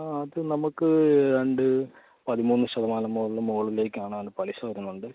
ആത് നമുക്ക് രണ്ട് പതിമൂന്ന് ശതമാനം മുകളിൽ മുകളിലേക്കാണ് അതിന് പലിശ വരുന്നുണ്ട്